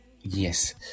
yes